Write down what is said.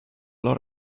lot